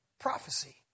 prophecy